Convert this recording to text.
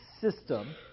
system